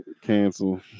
cancel